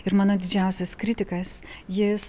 ir mano didžiausias kritikas jis